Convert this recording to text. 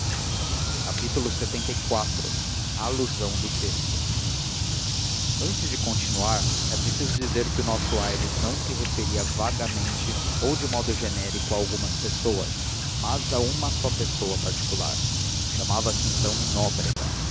a passear lxxiv a alusão do texto antes de continuar é preciso dizer que o nosso aires não se referia vagamente ou de modo genérico a algumas pessoas mas a uma só pessoa particular chamava-se então nóbrega